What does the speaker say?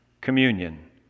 communion